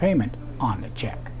payment on a check